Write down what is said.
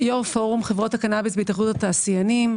יו"ר פורום חברות הקנאביס בהתאחדות התעשיינים,